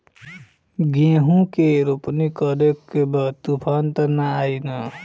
गेहूं के रोपनी करे के बा तूफान त ना आई न?